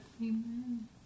Amen